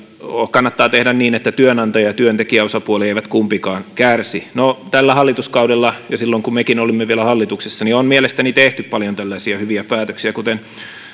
kannattaa tehdä niin että työnantaja ja työntekijäosapuoli eivät kumpikaan kärsi tällä hallituskaudella ja silloin kun mekin olimme vielä hallituksessa on mielestäni tehty paljon tällaisia hyviä päätöksiä kuten